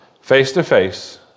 face-to-face